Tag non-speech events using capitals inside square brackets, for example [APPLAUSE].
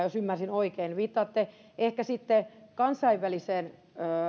[UNINTELLIGIBLE] jos ymmärsin oikein viittaatte ehkä sitten kansainväliseen